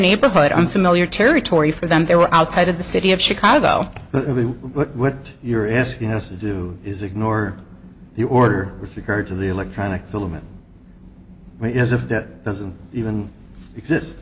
neighborhood unfamiliar territory for them they were outside of the city of chicago what you're asking us to do is ignore the order with regard to the electronic filament as if that doesn't even exist